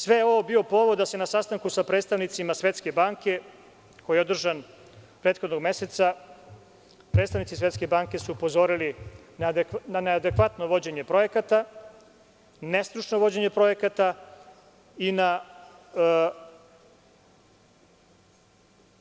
Sve je ovo bio povod da na sastanku sa predstavnicima Svetske banke, koji je održan prethodnog meseca, predstavnici Svetske banke upozore na neadekvatno vođenje projekata, nestručno vođenje projekata i na